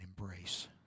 embrace